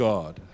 God